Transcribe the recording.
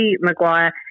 Maguire